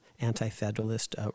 anti-federalist